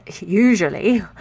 usually